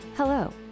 Hello